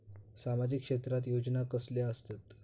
सामाजिक क्षेत्रात योजना कसले असतत?